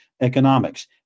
economics